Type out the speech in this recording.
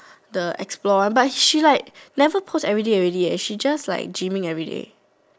the explore one but she like never post everyday already leh she just like gyming everyday